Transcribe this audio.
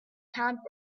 camp